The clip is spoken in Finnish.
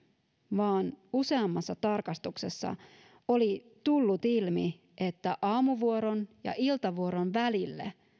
vaan useammassa tarkastuksessa oli tullut ilmi että aamuvuoron ja iltavuoron välille